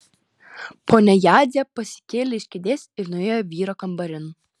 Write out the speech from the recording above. ponia jadzė pasikėlė iš kėdės ir nuėjo vyro kambarin